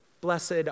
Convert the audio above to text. Blessed